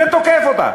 ותוקף אותה,